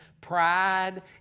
Pride